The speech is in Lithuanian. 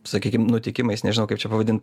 sakykim nutikimais nežinau kaip čia pavadint